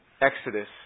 Exodus